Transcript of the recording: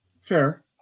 Fair